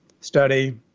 study